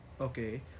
Okay